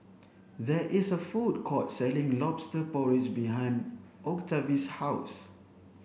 there is a food court selling lobster porridge behind Octavie's house